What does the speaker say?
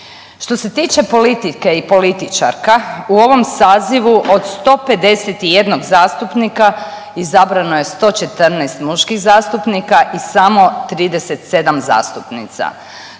Što se tiče politike i političarka u ovom sazivu od 151 zastupnika izabrano je 114 muških zastupnika i samo 37 zastupnica.